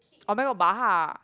[oh]-my-god Baha